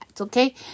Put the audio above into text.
okay